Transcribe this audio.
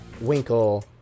Winkle